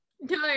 No